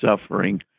suffering